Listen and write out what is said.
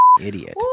idiot